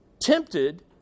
tempted